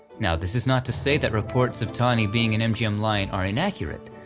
now this is not to say that reports of tawny being an mgm lion are inaccurate.